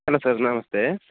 hello sir namaste